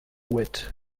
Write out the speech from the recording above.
wit